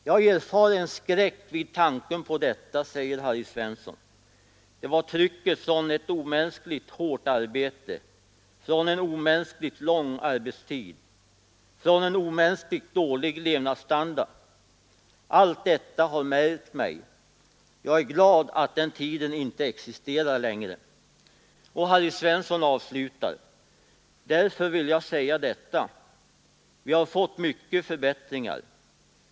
Jag erfar en skräck vid tanken på detta”, säger Harry Svensson. ”Det var trycket från ett omänskligt hårt arbete, från en omänskligt lång arbetstid, från en omänskligt dålig levnadsstandard. Allt detta har märkt mig. Jag är glad att den tiden inte existerar längre.” Harry Svensson avslutar: ”Därför vill jag säga detta. Vi har fått mycket förbättringar.